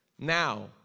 now